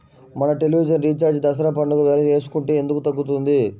మన television recharge Dasara పండగ వేళ వేసుకుంటే ఎందుకు తగ్గుతుంది?